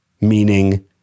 meaning